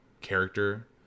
character